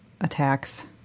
attacks